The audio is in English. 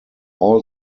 all